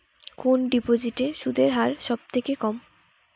কোন ডিপোজিটে সুদের হার সবথেকে কম?